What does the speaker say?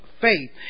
faith